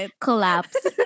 collapse